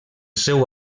seu